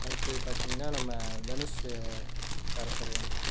அடுத்தது பார்த்திங்கனா நம்ம தனுஷு சாரை சொல்லலாம்